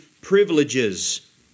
Privileges